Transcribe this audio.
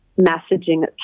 messaging